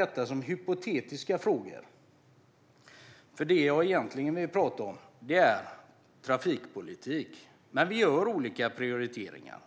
Detta är hypotetiska frågor. Det som jag egentligen vill tala om är trafikpolitik. Men vi gör olika prioriteringar.